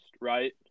right